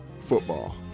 football